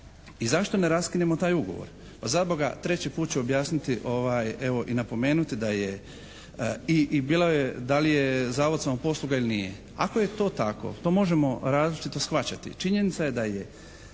i zašto ne raskinemo taj ugovor? Pa za Boga, treći put ću objasniti evo i napomenuti da je i bilo je da li je zavod samoposluga ili nije? Ako je to tako to možemo različito shvaćati. Činjenica je da je